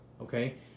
okay